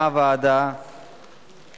החליטה ועדת החוץ והביטחון להביא אותה